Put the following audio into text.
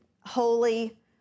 holy